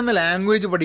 language